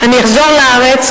אני אחזור לארץ,